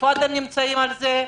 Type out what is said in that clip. איפה אתם נמצאים בעניין הזה?